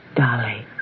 dolly